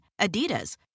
Adidas